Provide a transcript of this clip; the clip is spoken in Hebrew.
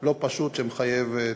לא פשוט, שמחייב טיפול.